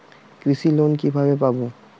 কৃষি লোন কিভাবে পাব?